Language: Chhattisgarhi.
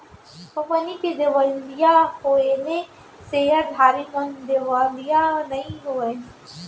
कंपनी के देवालिया होएले सेयरधारी मन देवालिया नइ होवय